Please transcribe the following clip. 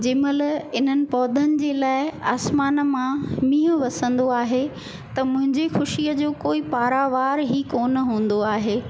जंहिंमहिल इन्हनि पौधनि जे लाइ आसमान मां मींहुं वसंदो आहे त मुंहिंजी ख़ुशीअ जो कोई पारावार ई कोन हूंदो आहे